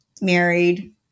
married